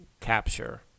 capture